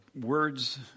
words